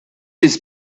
his